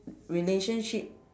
relationship